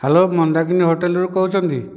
hello Mandakini ହୋଟେଲରୁ କହୁଛନ୍ତି